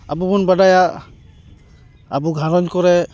ᱟᱵᱚ ᱵᱚᱱ ᱵᱟᱰᱟᱭᱟ ᱟᱵᱚ ᱜᱷᱟᱸᱨᱚᱧᱡᱽ ᱠᱚᱨᱮ